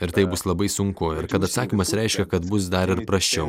ir tai bus labai sunku ir kad atsakymas reiškia kad bus dar ir prasčiau